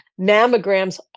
mammograms